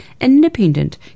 independent